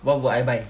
what would I buy